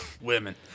Women